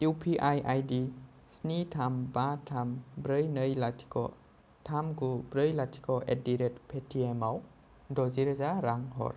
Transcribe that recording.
U P I आइदि स्नि थाम बा थाम ब्रै नै लाथिख' थाम गु ब्रै लाथिख' एडदिरेट पेटियेमाव द'जि रोजा रां हर